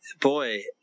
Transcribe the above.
boy